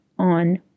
On